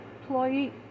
employee